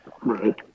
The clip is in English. Right